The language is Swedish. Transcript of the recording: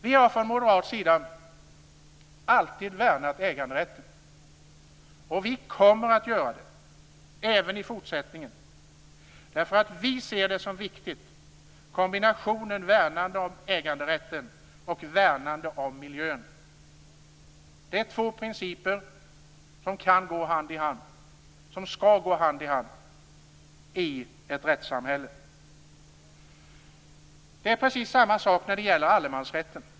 Vi från moderaterna har alltid värnat äganderätten, och vi kommer att göra det även i fortsättningen. Vi ser kombinationen mellan äganderätten och värnandet om miljön som viktig. Det är två principer som kan och skall gå hand i hand i ett rättssamhälle. Det är precis samma sak när det gäller allemansrätten.